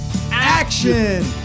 action